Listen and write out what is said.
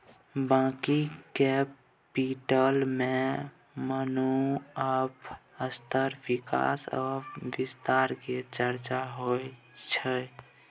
working capital में मुनाफ़ा स्तर विकास आ विस्तार के चर्चा होइ छइ